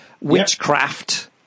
witchcraft